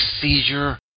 seizure